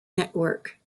network